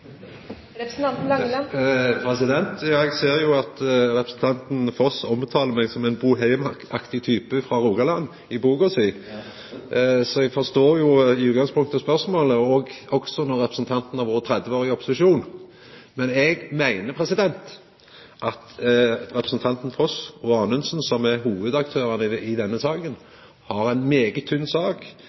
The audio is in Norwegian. representanten Langeland av godt gammelt merke? Eller er han utkommandert? Eg ser at representanten Foss omtalar meg som ein bohemaktig type frå Rogaland i boka si, så eg forstår jo i utgangspunktet spørsmålet, også når representanten har vore 30 år i opposisjon. Men eg meiner at representantane Foss og Anundsen, som er hovudaktørane i denne saka, har ei svært tynn sak.